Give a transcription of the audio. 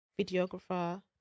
videographer